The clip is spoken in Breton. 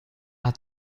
hag